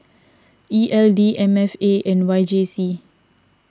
E L D M F A and Y J C